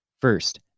First